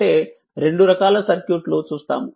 అంటే రెండు రకాల సర్క్యూట్ లు చూస్తాము